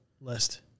list